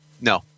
No